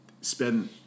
spend